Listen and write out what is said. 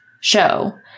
show